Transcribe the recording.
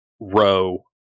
row